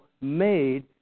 made